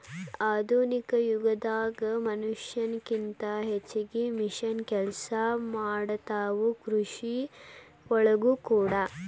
ಆಧುನಿಕ ಯುಗದಾಗ ಮನಷ್ಯಾನ ಕಿಂತ ಹೆಚಗಿ ಮಿಷನ್ ಕೆಲಸಾ ಮಾಡತಾವ ಕೃಷಿ ಒಳಗೂ ಕೂಡಾ